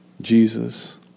Jesus